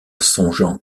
songeant